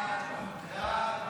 סעיפים